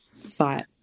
thought